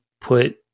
put